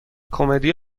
کمدی